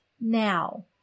now